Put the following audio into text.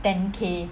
ten K